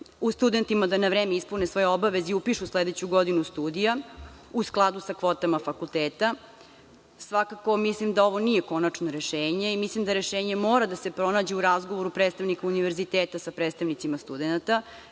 studentima da na vreme ispune svoje obaveze i upišu sledeću godinu studija u skladu sa kvotama fakulteta. Svakako mislim da ovo nije konačno rešenje i mislim da rešenje mora da se pronađe u razgovoru predstavnika Univerziteta sa predstavnicima studenata,